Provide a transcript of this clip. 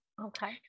Okay